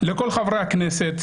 "לכל חברי הכנסת,